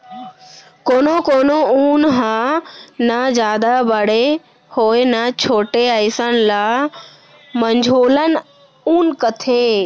कोनो कोनो ऊन ह न जादा बड़े होवय न छोटे अइसन ल मझोलन ऊन कथें